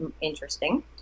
interesting